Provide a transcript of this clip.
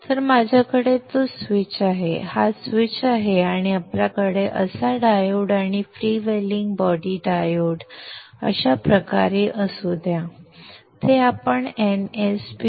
तर माझ्याकडे तो स्विच आहे हा स्विच आहे आणि आपल्याकडे असा डायोड आणि फ्रीव्हीलिंग बॉडी डायोड अशा प्रकारे असू द्या ते आपण nsp